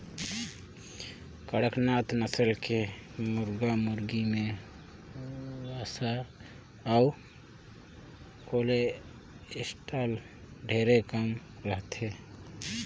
कड़कनाथ नसल के मुरगा मुरगी में वसा अउ कोलेस्टाल ढेरे कम रहथे